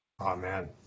Amen